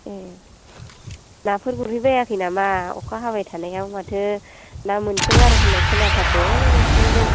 ए नाफोर गुरहैबायाखै नामा अखा हाबाय थानायाव माथो ना मोनसोगारो होनाय खोनाथारदों नोंसिनिजों